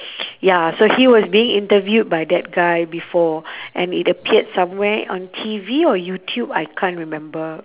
ya so he was being interviewed by that guy before and it appeared somewhere on T_V or youtube I can't remember